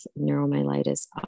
neuromyelitis